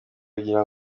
kugira